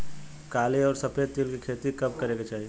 काली अउर सफेद तिल के खेती कब करे के चाही?